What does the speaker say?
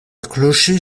clocher